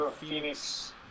Phoenix